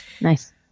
Nice